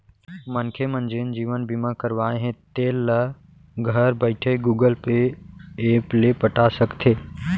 मनखे मन जेन जीवन बीमा करवाए हें तेल ल घर बइठे गुगल पे ऐप ले पटा सकथे